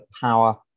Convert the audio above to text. power